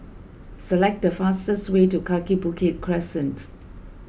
select the fastest way to Kaki Bukit Crescent